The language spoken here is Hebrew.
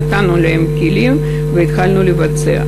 נתנו להם כלים והתחלנו לבצע.